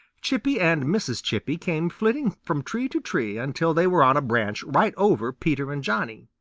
chippy and mrs. chippy came flitting from tree to tree until they were on a branch right over peter and johnny.